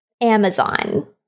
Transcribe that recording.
Amazon